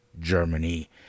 Germany